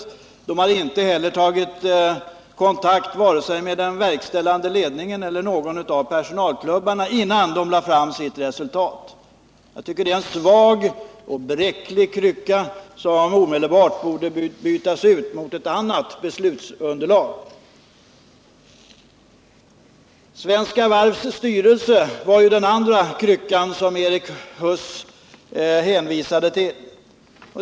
Man har inte heller tagit kontakt med vare sig den verkställande ledningen eller någon av personalklubbarna innan man lagt fram sitt resultat. Jag tycker det är en svag och bräcklig krycka. Svenska Varvs styrelse var den andra kryckan som Erik Huss stödde sig på.